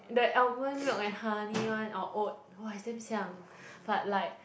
the almond milk and honey one or oat [woah] it's damn xiang but like